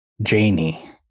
Janie